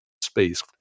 space